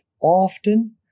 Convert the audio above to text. often